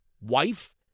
wife